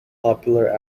popular